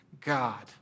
God